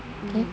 mm